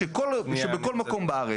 שבכל מקום בארץ,